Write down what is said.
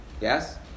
Yes